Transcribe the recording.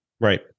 Right